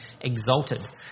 exalted